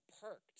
perked